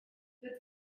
give